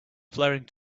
flaring